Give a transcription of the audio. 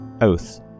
oath